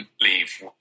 leave